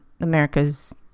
America's